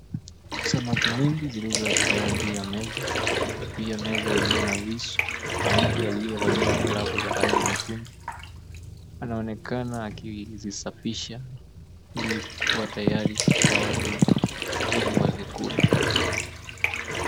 Samaki mingi zilizoekelewa juu ya meza na pia meza ilio na visu na mtu aliyevalia glavu za rangi nyekundu anaonekana akizisafisha ili kukuwa tayari kwa watu ili wazikule.